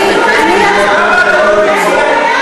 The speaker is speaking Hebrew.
ומדינת לאום של העם היהודי לא?